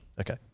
Okay